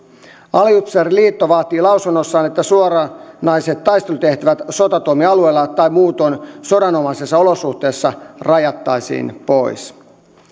aliupseeriliitto vaatii lausunnossaan että suoranaiset taistelutehtävät sotatoimialueella tai muutoin sodanomaisissa olosuhteissa rajattaisiin pois